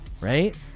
right